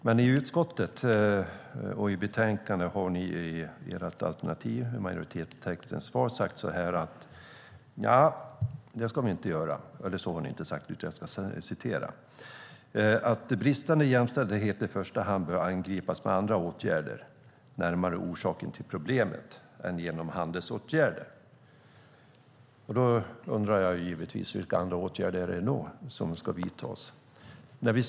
Men i betänkandet har ni i utskottsmajoriteten sagt så här: Nja, det ska vi inte göra. Eller så har ni inte sagt, utan jag ska citera: "att bristande jämställdhet i första hand bör angripas med andra åtgärder närmare orsaken till problemet än genom handelsåtgärder". Då undrar jag givetvis: Vilka andra åtgärder är det som ska vidtas?